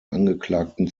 angeklagten